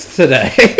today